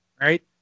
right